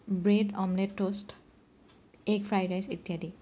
bread omelette toast egg fried rice ইত্যাদি